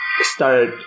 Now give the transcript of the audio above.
start